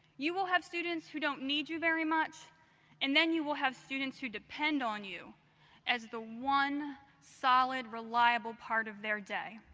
you will have students who don't need you very much and then you will have students who depend on you as the one solid, reliable part of their day.